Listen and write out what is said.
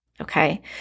Okay